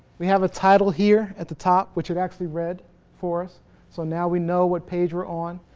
we have a title here at the top which it actually read for us so, now we know what page we're on.